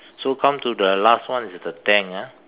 so come to the last one is the tank ah